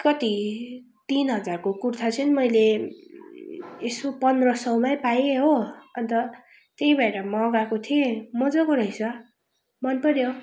कति तिन हजारको कुर्ता चाहिँ मैले यसो पन्ध्र सयमै पाएँ हो अन्त त्यही भएर मगाएको थिएँ मजाको रहेछ मन पऱ्यो